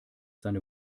seine